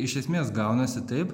iš esmės gaunasi taip